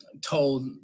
told